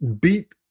beat